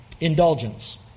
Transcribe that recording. Indulgence